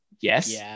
Yes